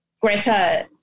Greta